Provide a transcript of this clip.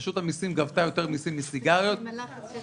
רשות המסים גבתה יותר מסים מסיגריות -- מלחץ של